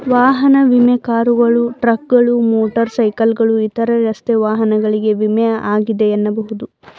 ವಾಹನ ವಿಮೆ ಕಾರುಗಳು, ಟ್ರಕ್ಗಳು, ಮೋಟರ್ ಸೈಕಲ್ಗಳು ಇತರ ರಸ್ತೆ ವಾಹನಗಳಿಗೆ ವಿಮೆ ಆಗಿದೆ ಎನ್ನಬಹುದು